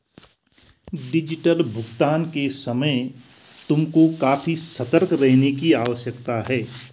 digital भुगतान के समय तुमको काफी सतर्क रहने की आवश्यकता है